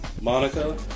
Monica